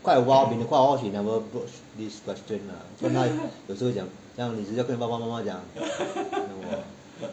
quite awhile been quite awhile she never broach this question lah 不然她有时会讲你几时要跟爸爸妈妈讲